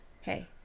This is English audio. hey